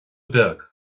beag